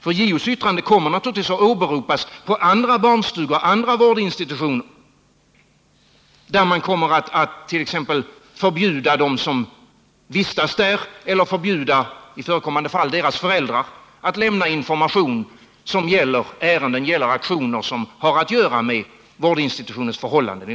JO:s yttrande kommer naturligtvis att åberopas i fråga om andra barnstugor och andra vårdinstitutioner, där man t.ex. kommer att förbjuda dem som vistas där eller i förekommande fall deras föräldrar att lämna information som gäller ärenden eller aktioner som har att göra med institutionens förhållanden.